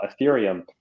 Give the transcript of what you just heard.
Ethereum